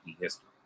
history